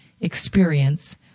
experience